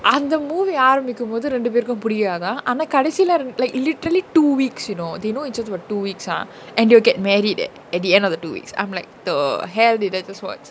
அந்த:antha movie ஆரம்பிகும்போது ரெண்டுபேருக்கு புடிக்காதா ஆனா கடைசில:aarambikumpothu renduperuku pudikaatha aana kadaisila ren~ like literally two weeks you know they know each other for two weeks ah and they will get married eh at the end of the two weeks I'm like the hell did I just watch